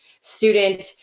student